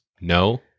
No